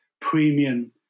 premium